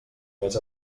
més